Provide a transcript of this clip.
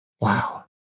wow